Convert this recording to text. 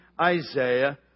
Isaiah